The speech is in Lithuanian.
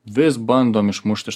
vis bandom išmušt iš